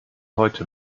heute